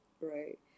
right